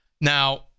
Now